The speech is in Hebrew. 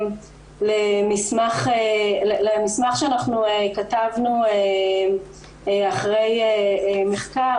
התייחסת למסמך שאנחנו כתבנו אחרי מחקר,